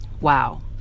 wow